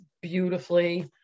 beautifully